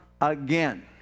again